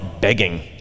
begging